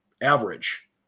average